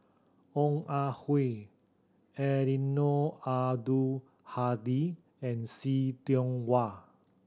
Ong Ah Hoi Eddino Abdul Hadi and See Tiong Wah